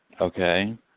Okay